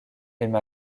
emma